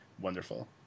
wonderful